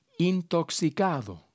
intoxicado